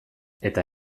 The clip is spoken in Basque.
eta